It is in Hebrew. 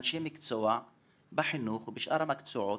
אנשי מקצוע בחינוך ובשאר המקצועות,